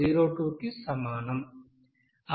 5402 కి సమానం